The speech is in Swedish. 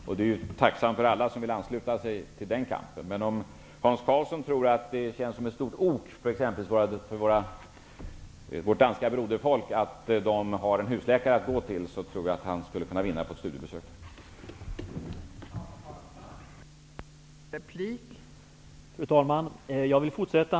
Jag är tacksam för alla som vill ansluta sig till den kampen, men om Hans Karlsson anser att det känns som ett stort ok för exempelvis vårt danska broderfolk att man där har en husläkare att gå till, så tror jag att han skulle kunna vinna på ett studiebesök där.